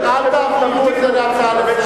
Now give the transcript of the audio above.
אל תעבירו את זה להצעה לסדר-היום.